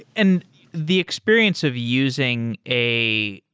and the experience of using a